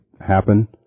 happen